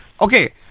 Okay